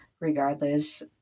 regardless